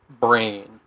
brain